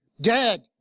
dead